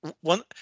one